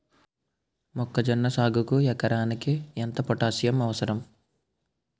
మొక్కజొన్న సాగుకు ఎకరానికి ఎంత పోటాస్సియం అవసరం?